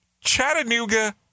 Chattanooga